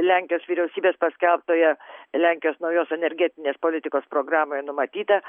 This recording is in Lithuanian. lenkijos vyriausybės paskelbtoje lenkijos naujos energetinės politikos programoje numatyta